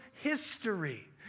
history